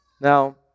Now